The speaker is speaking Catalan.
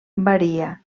varia